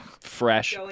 fresh